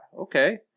Okay